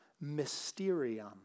mysterium